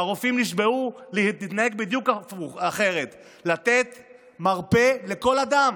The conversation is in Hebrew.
שהרופאים נשבעו להתנהג בדיוק אחרת: לתת מרפא לכל אדם,